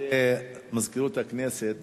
מזכירות הכנסת